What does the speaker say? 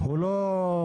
הוא לא מתלונן.